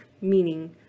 meaning